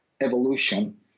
evolution